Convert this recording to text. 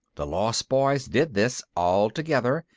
the lost boys did this all together,